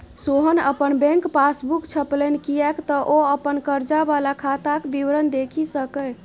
सोहन अपन bank passbook छपेलनि किएक तँ ओ अपन कर्जा वला खाताक विवरण देखि सकय